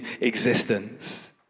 existence